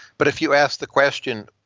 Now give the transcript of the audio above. but if you asked the question,